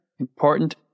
Important